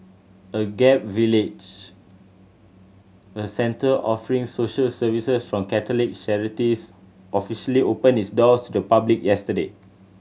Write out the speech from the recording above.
Agape Village a centre offering social services from Catholic charities officially opened its doors to the public yesterday